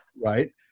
right